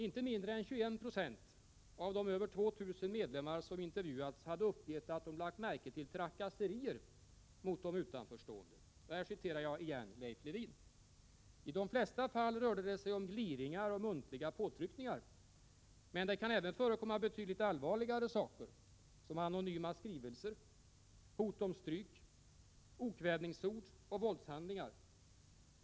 Inte mindre än 21 96 av de över 2 000 medlemmar som hade intervjuats uppgav att de hade lagt märke till trakasserier mot de utanförstående. Jag citerar återigen Leif Lewin: ”I de flesta fall rör det sig om gliringar och muntliga påtryckningar.” Men det kan även förekomma betydligt allvarligare saker, som ”anonyma skrivelser”, ”hot om stryk”, ”okvädningsord och våldshandlingar”.